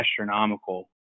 astronomical